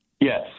Yes